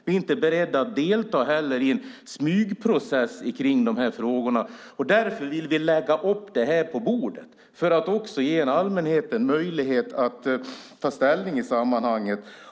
Vi är inte heller beredda att delta i en smygprocess om denna fråga. Vi vill få upp frågan på bordet så att också allmänheten får möjlighet att ta ställning till den.